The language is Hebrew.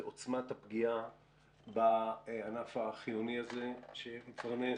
עוצמת הפגיעה בענף החיוני הזה שמפרנס